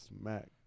smack